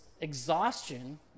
exhaustion